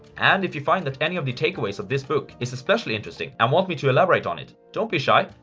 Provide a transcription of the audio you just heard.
and if you find that any of the takeaways of this book is especially interesting and want me to elaborate on it, don't be shy,